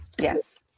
yes